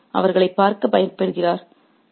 ஒருவர் அவர்களைப் பார்க்க பயப்படுகிறார்